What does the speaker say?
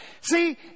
See